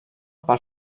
pel